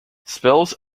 spells